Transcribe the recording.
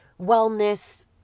wellness